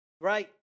right